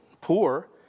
poor